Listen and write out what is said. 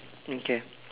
okay